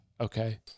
Okay